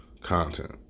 content